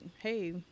hey